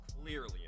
clearly